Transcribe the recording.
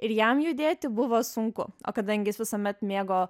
ir jam judėti buvo sunku o kadangi jis visuomet mėgo